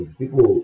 people